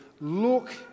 look